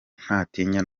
ntatinya